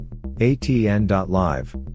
atn.live